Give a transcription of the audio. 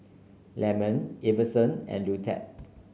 Lyman Iverson and Luetta